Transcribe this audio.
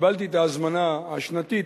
וקיבלתי את ההזמנה השנתית,